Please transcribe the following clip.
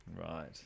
Right